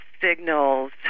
signals